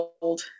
old